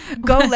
Go